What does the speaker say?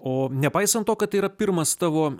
o nepaisant to kad tai yra pirmas tavo